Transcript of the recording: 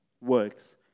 works